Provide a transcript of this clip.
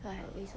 !hais!